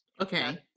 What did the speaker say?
okay